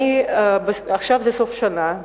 עכשיו סוף שנה,